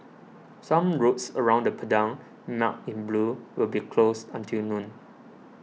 some roads around the Padang marked in blue will be closed until noon